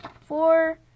four